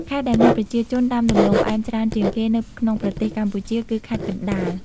ខេត្តដែលមានប្រជាជនដាំដំឡូងផ្អែមច្រើនជាងគេនៅក្នុងប្រទេសកម្ពុជាគឺខេត្តកណ្ដាល។